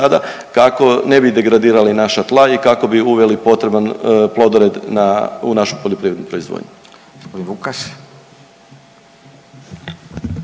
kako ne bi degradirali naša tla i kako bi u uveli potreban plodored u našu poljoprivrednu proizvodnju.